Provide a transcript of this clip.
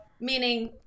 Meaning